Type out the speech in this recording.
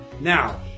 Now